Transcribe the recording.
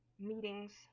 meetings